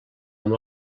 amb